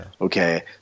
Okay